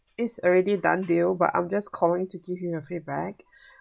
is already done deal but I'm just calling to give you a feedback